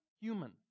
human